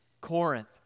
Corinth